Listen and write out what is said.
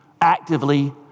actively